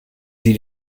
sie